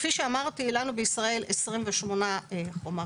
כפי שאמרתי, לנו בישראל 28 חומרים.